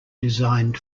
designed